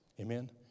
Amen